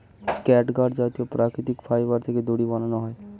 catgut জাতীয় প্রাকৃতিক fibre থেকে দড়ি বানানো হয়